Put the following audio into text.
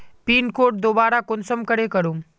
Pin code दोबारा कुंसम करे करूम?